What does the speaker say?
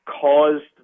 caused